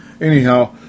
Anyhow